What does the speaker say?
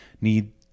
need